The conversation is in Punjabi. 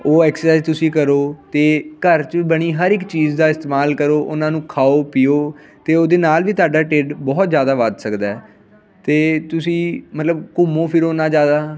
ਉਹ ਐਕਸਰਸਾਈਜ਼ ਤੁਸੀਂ ਕਰੋ ਅਤੇ ਘਰ 'ਚ ਵੀ ਬਣੀ ਹਰ ਇੱਕ ਚੀਜ਼ ਦਾ ਇਸਤੇਮਾਲ ਕਰੋ ਉਹਨਾਂ ਨੂੰ ਖਾਓ ਪੀਓ ਅਤੇ ਉਹਦੇ ਨਾਲ ਵੀ ਤੁਹਾਡਾ ਢਿੱਡ ਬਹੁਤ ਜ਼ਿਆਦਾ ਵੱਧ ਸਕਦਾ ਅਤੇ ਤੁਸੀਂ ਮਤਲਬ ਘੁੰਮੋ ਫਿਰੋ ਨਾ ਜ਼ਿਆਦਾ